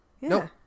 no